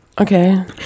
Okay